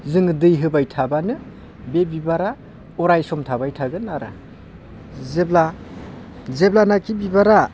जोङो दै होबाय थाबानो बे बिबारा अराय सम थाबाय थागोन आरो जेब्लानाखि बिबारा